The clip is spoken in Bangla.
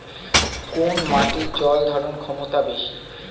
কোন মাটির জল ধারণ ক্ষমতা বেশি?